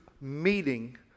meeting